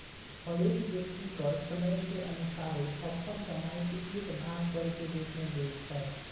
हरेक व्यक्ति कर स्लैब के अनुसारे अप्पन कमाइ के एक भाग कर के रूप में देँइ छै